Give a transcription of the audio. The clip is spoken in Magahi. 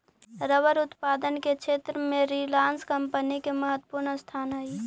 रबर उत्पादन के क्षेत्र में रिलायंस कम्पनी के महत्त्वपूर्ण स्थान हई